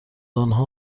آنها